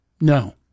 No